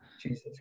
jesus